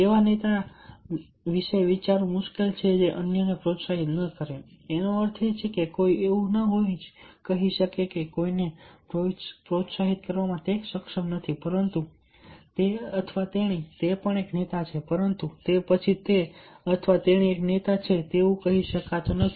એવા નેતા વિશે વિચારવું મુશ્કેલ છે જે અન્યને પ્રોત્સાહિત ન કરે એનો અર્થ એ છે કે કોઈ એવું ન કહી શકે કે કોઈકને પ્રોત્સાહિત કરવામાં સક્ષમ નથી પરંતુ તે અથવા તેણી એક નેતા પણ છે પરંતુ તે પછી તે અથવા તેણી એક નેતા છે તેવું કહી શકતું નથી